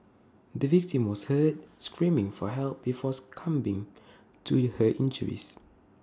the victim was heard screaming for help before succumbing to her injuries